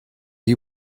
you